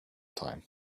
time